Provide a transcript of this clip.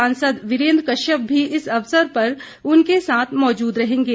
सांसद वीरेंद्र कश्यप भी इस अवसर पर उनके साथ मौजूद रहेंगे